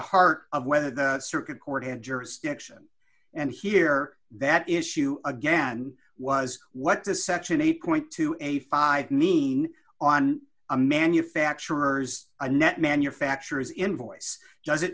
heart of whether the circuit court had jurisdiction and here that issue again was what to section eight point two a five mean on a manufacturer's a net manufacturer's invoice does